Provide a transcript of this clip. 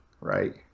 Right